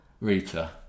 Rita